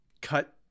cut